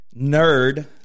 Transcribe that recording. nerd